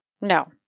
No